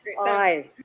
aye